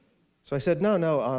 so i said, no, no.